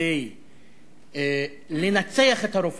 כדי לנצח את הרופאים.